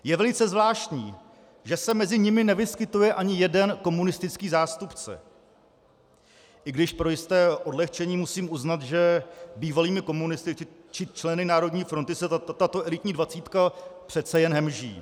Je velice zvláštní, že se mezi nimi nevyskytuje ani jeden komunistický zástupce, i když pro jisté odlehčení musím uznat, že bývalými komunisty či členy Národní fronty se tato elitní dvacítka přece jen hemží.